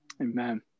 Amen